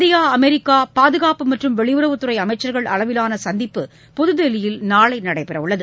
India America பாதுகாப்பு மற்றும் வெளியுறவுத் துறை அமைச்சர்கள் அளவிலான சந்திப்பு புதுதில்லியில் நாளை நடைபெற உள்ளது